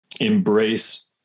embrace